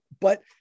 but-